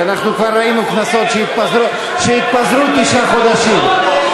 כי אנחנו כבר ראינו כנסות שהתפזרו תשעה חודשים.